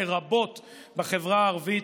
לרבות בחברה הערבית,